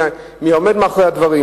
מי עומד מאחורי הדברים?